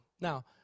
Now